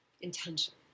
intention